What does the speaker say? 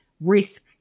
risk